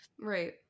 right